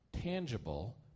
tangible